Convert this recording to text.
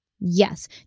Yes